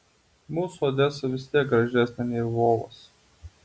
mūsų odesa vis tiek gražesnė nei lvovas